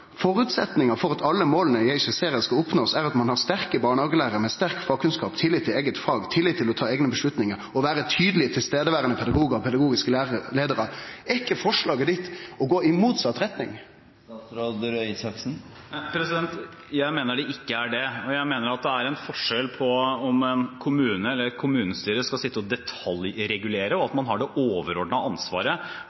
for at alle de målene jeg skisserer skal oppnås er at man har sterke barnehagelærere med sterk fagkunnskap, tillit til eget fag, tillit til å ta egne beslutninger og være tydelige tilstedeværende pedagoger, og pedagogiske ledere.» Er ikkje forslaget frå statsråden å gå i motsett retning? Jeg mener det ikke er det. Jeg mener det er forskjell på at en kommune eller et kommunestyre skal sitte og detaljregulere, og at man har det overordnede ansvaret